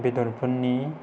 बेदरफोरनि